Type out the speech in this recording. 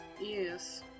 Yes